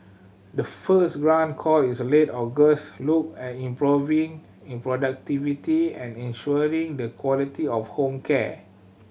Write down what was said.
the first grant call is a late August looked at improving in productivity and ensuring the quality of home care